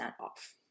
off